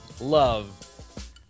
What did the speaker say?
love